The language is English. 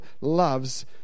loves